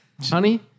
honey